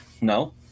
no